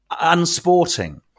unsporting